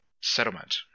settlement